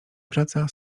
praca